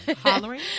Hollering